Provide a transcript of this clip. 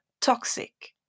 toxic